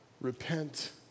repent